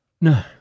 No